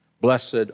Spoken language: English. Blessed